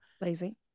Lazy